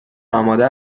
آماده